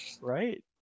right